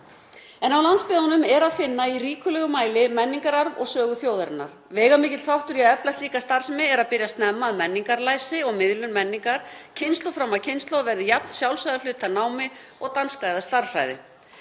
En á landsbyggðinni er að finna í ríkulegum mæli menningararf og sögu þjóðarinnar. Veigamikill þáttur í því að efla slíka starfsemi er að byrja snemma, að menningarlæsi og miðlun menningar kynslóð fram af kynslóð verði jafn sjálfsagður hluti af námi og danska eða stærðfræði.